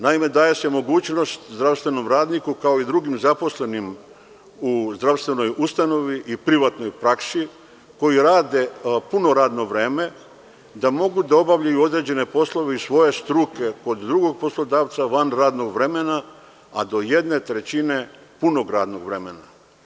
Naime, daje se mogućnost zdravstvenom radniku, kao i drugim zaposlenim u zdravstvenoj ustanovi i privatnoj praksi koji rade puno radno vreme da mogu da obavljaju određene poslove iz svoje struke kod drugog poslodavca van radnog vremena, a do jedne trećine punog radnog vremena.